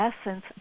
essence